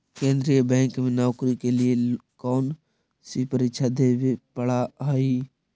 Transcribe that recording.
केन्द्रीय बैंक में नौकरी के लिए कौन सी परीक्षा देवे पड़ा हई